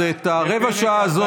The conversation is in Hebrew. אני סיימתי כרגע את פרק 14,